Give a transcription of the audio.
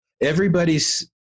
everybody's